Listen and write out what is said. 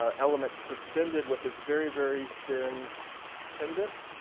ah elements suspended with this very, very thin pendant.